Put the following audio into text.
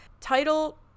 title